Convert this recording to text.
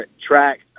track